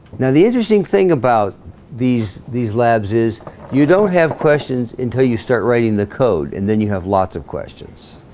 now the interesting thing about these these labs is you don't have questions until you start writing the code, and then you have lots of questions